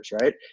right